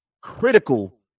critical